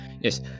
Yes